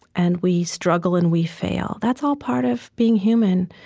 and we struggle and we fail that's all part of being human.